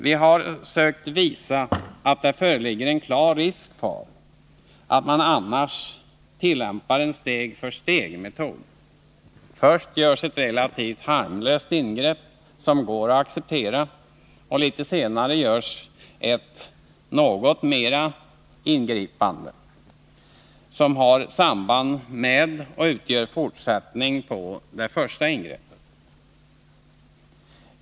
Vi har försökt visa att det föreligger en klar risk för att man annars tillämpar en steg-för-steg-metod. Först görs ett relativt harmlöst ingrepp som går att acceptera, och litet senare görs ytterligare ett något större ingripande, som har samband med och utgör fortsättning på det första ingreppet.